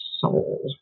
soul